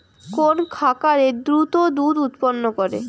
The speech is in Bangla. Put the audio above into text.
কোন খাকারে দ্রুত দুধ উৎপন্ন করে?